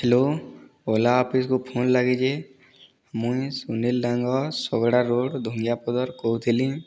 hello Ola ଅଫିସ୍କୁ phone ଲାଗିଛି ମୁଇଁ ସୁନୀଲ ଡାଙ୍ଗ ଶଗଡ଼ା ରୋଡ୍ ଧୁଳିଆପଦାରୁ କହୁଥିଲି